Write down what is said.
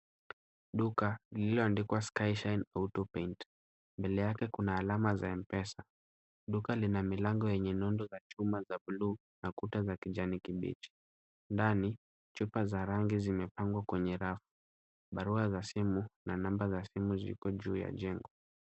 Duka lililoandikwa Sky Shine AutoPaint. Mbele yake kuna alama za M-Pesa. Duka lina milango yenye nondo za chuma za buluu na kuta za kijani kibichi. Ndani, chupa za rangi zimepangwa kwenye rafu. Barua za simu na number za simu ziko juu ya jengo.